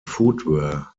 footwear